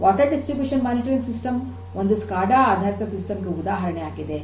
ನೀರಿನ ವಿತರಣೆಯ monitoring system ಒಂದು ಸ್ಕಾಡಾ ಆಧಾರಿತ ಸಿಸ್ಟಮ್ ಗೆ ಉದಾಹರಣೆಯಾಗಿದೆ